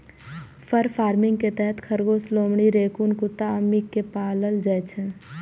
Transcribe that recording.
फर farming के तहत खरगोश, लोमड़ी, रैकून कुत्ता आ मिंक कें पालल जाइ छै